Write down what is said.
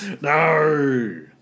No